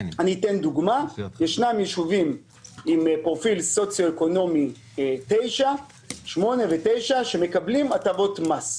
אציג דוגמה: יש ישובים עם פרופיל סוציו-אקונומי 8 ו-9 שמקבלים הטבות מס.